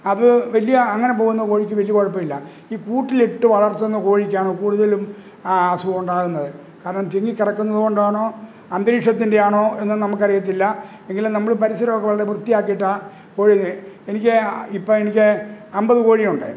അത് വലിയ അങ്ങനെ പോകുന്ന കോഴിക്ക് വലിയ കുഴപ്പം ഇല്ല ഈ കൂട്ടിലിട്ട് വളര്ത്തുന്ന കോഴിക്കാണ് കൂടുതലും അസുഖം ഉണ്ടാകുന്നത് കാരണം തിങ്ങി കിടക്കുന്നത് കൊണ്ടാണോ അന്തരീക്ഷത്തിന്റെയാണോ എന്ന് നമുക്ക് അറിയില്ല എങ്കിലും നമ്മൾ പരിസരമൊക്കെ വളരെ വൃത്തിയാക്കിയിട്ടാ കോഴിയെ എനിക്ക് ഇപ്പോൾ എനിക്ക് അമ്പത് കോഴി ഉണ്ട്